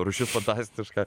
rūšis fantastiška